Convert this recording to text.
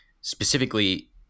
specifically